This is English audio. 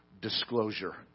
Disclosure